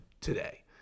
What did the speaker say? today